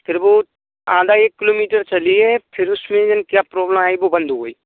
फिर वो आधा एक किलोमीटर चली है फिर उसमें क्या प्रॉब्लेम आई वो बंद हो गई